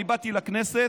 אני באתי לכנסת,